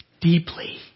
deeply